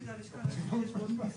התיקון הוא בפסקה (1).